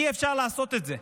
אי-אפשר לעשות את זה.